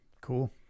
Cool